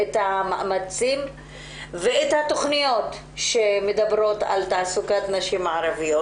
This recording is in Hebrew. את המאמצים ואת התוכניות שמדברות על תעסוקת נשים ערביות.